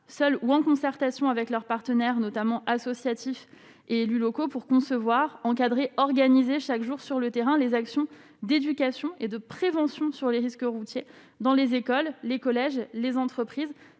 seule ou en concertation avec leurs partenaires notamment associatifs et élus locaux pour concevoir encadré organisé chaque jour sur le terrain, les actions d'éducation et de prévention sur les risques routiers dans les écoles, les collèges, les entreprises,